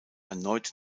erneut